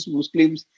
Muslims